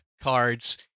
cards